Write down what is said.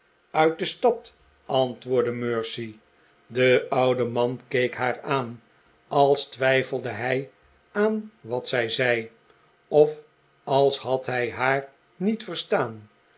uit de stad antwoordde mercy de oude man keek haar aan als twijfelde hij aan wat zij zei of als had hij haar niet verstaan